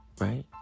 right